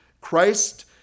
Christ